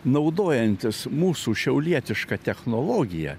naudojantis mūsų šiaulietiška technologija